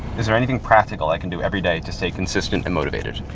is there anything practical i can do every day to stay consistent and motivated?